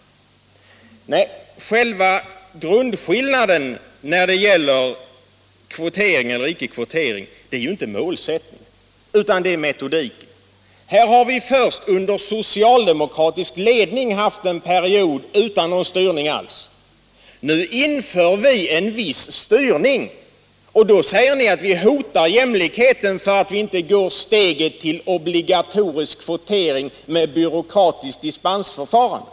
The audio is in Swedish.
Nej, själva grundskillnaden när det gäller frågan om kvotering eller icke kvotering är ju inte målsättning, utan det är metodik. Vi har under socialdemokratisk ledning haft en period utan någon styrning alls. Nu inför vi en viss styrning, och då säger ni att vi hotar jämlikheten genom att inte ta steget ut till obligatorisk kvotering med byråkratiskt dispensförfarande.